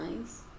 nice